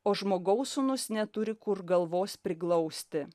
o žmogaus sūnus neturi kur galvos priglausti